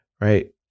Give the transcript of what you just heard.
right